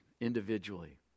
individually